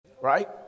right